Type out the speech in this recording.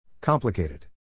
Complicated